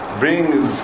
brings